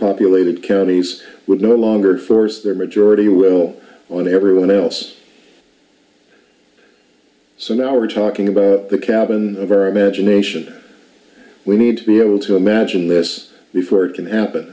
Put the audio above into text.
populated counties would no longer force their majority will on everyone else so now we're talking about the cabin of our imagination we need to be able to imagine this before it can happen